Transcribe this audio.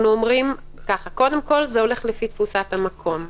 אנחנו אומרים: קודם כל, זה הולך לפי תפוסת המקום.